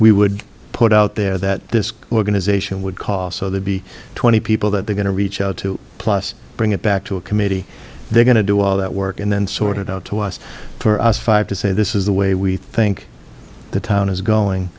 we would put out there that this organization would cost to be twenty people that they're going to reach out to plus bring it back to a committee they're going to do all that work and then sort it out to us for us five to say this is the way we think the town is going